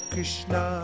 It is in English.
Krishna